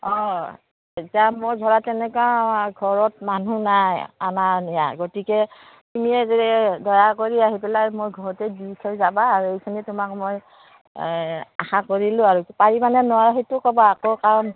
অঁ এতিয়া মই ধৰা তেনেকুৱা ঘৰত মানুহ নাই আনা নিয়া গতিকে তুমিয়ে যদি দয়া কৰি আহি পেলাই মোৰ ঘৰতে দি থৈ যাবা আৰু এইখিনি তোমাক মই এই আশা কৰিলোঁ আৰু পাৰিবানে নোৱাৰা সেইটো ক'বা আকৌ কাৰণ